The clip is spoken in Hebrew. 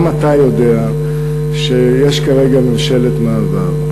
גם אתה יודע שיש כרגע ממשלת מעבר.